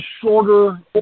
shorter